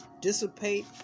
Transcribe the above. dissipate